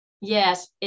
Yes